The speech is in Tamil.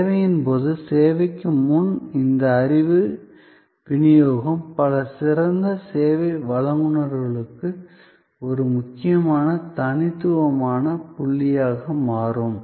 சேவையின் போது சேவைக்கு முன் இந்த அறிவு விநியோகம் பல சிறந்த சேவை வழங்குநர்களுக்கு ஒரு முக்கியமான தனித்துவமான புள்ளியாக மாறும்